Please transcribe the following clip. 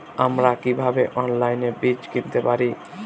আমরা কীভাবে অনলাইনে বীজ কিনতে পারি?